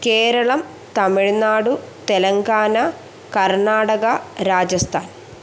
Keralam Tamil Nadu Telangana Karnataka Rajasthan